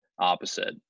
opposite